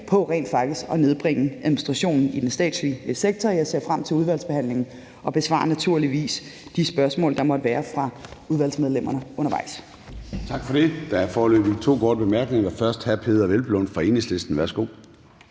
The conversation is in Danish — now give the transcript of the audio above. på rent faktisk at nedbringe administrationen i den statslige sektor. Jeg ser frem til udvalgsbehandlingen og besvarer naturligvis de spørgsmål, der måtte være fra udvalgsmedlemmerne undervejs. Kl. 10:49 Formanden (Søren Gade): Tak for det. Der er foreløbig to korte bemærkninger. Først er det hr. Peder Hvelplund fra Enhedslisten. Værsgo.